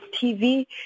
TV